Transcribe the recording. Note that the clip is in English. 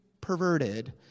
perverted